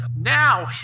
Now